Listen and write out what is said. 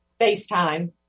facetime